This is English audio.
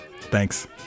thanks